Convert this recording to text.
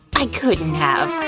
i couldn't have,